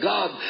God